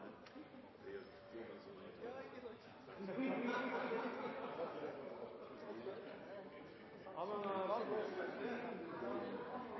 utfordringene. Det er ikke